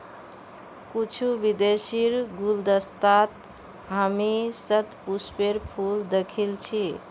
कुछू विदेशीर गुलदस्तात हामी शतपुष्पेर फूल दखिल छि